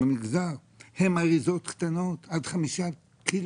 הם באריזות קטנות עד חמישה קילו.